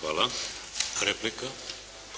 Hvala. **Šeks,